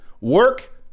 work